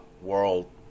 world